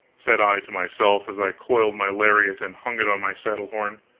said i to myself, as i coiled my lariat and hung it on my saddle-horn,